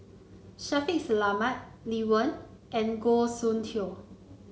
Shaffiq Selamat Lee Wen and Goh Soon Tioe